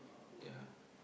ya